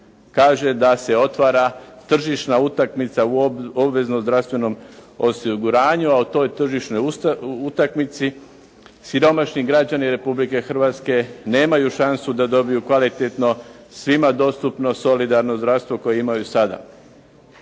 kaže da se otvara tržišna utakmica u obveznom zdravstvenom osiguranju, a o toj tržišnoj utakmici siromašni građani Republike Hrvatske nemaju šansu da dobiju kvalitetno, svima dostupno solidarno zdravstvo koje imaju sada.